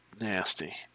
nasty